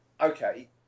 Okay